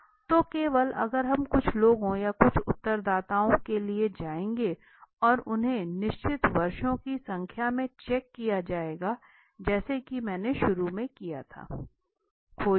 तो केवल अगर कुछ लोगों या कुछ उत्तरदाताओं को लिया जाएगा और उन्हें निश्चित वर्षों की संख्या में चेक किया जाएगा जैसा कि मैंने शुरू किया था